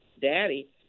Daddy